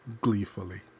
gleefully